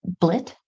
blit